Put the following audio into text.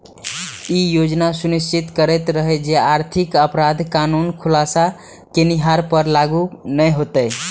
ई योजना सुनिश्चित करैत रहै जे आर्थिक अपराध कानून खुलासा केनिहार पर लागू नै हेतै